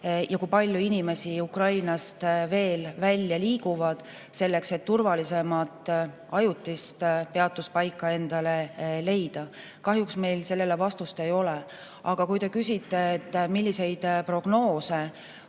ja kui palju inimesi Ukrainast veel välja liigub, selleks et turvalisemat ajutist peatuspaika endale leida? Kahjuks meil sellele vastust ei ole. Aga kui te küsite, milliseid prognoose